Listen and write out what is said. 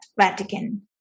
vatican